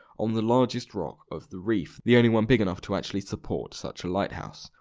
on the largest rock of the reef, the only one big enough to actually support such a lighthouse.